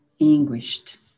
anguished